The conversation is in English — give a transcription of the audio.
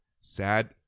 Sad